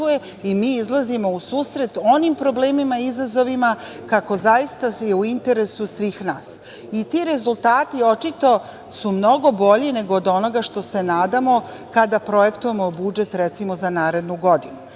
i mi izlazimo u susret onim problemima i izazovima kako je zaista u interesu svih nas. Ti rezultati očito su mnogo bolji nego od onoga što se nadamo kada projektujemo budžet, recimo za narednu godinu.